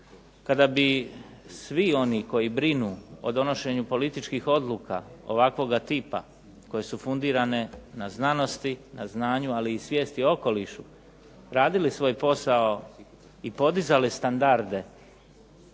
Kada bi svi oni koji brinu o donošenju političkih odluka ovakvoga tipa koje su fundirane na znanosti, na znanju ali i svijesti o okolišu radili svoj posao i podizali standarde